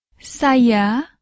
Saya